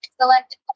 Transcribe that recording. Select